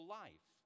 life